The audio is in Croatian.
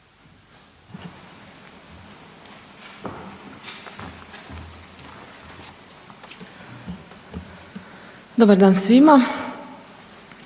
Dobar dan svima.